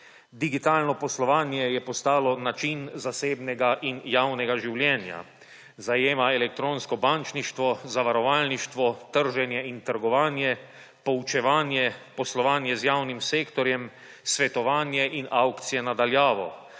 Digitalno poslovanje je postalo način zasebnega in javnega življenja, zajema elektronsko bančništvo, zavarovalništvo, trženje in trgovanje, poučevanje, poslovanje z javnim sektorjem, svetovanje in avkcije na daljavo.